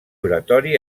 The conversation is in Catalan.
oratori